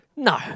No